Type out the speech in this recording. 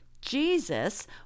Jesus